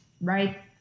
right